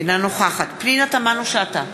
אינה נוכחת פנינה תמנו-שטה,